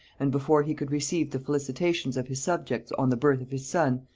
and before he could receive the felicitations of his subjects on the birth of his son,